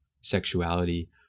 sexuality